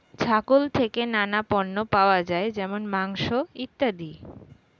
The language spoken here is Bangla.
ছাগল থেকে নানা পণ্য পাওয়া যায় যেমন মাংস, ইত্যাদি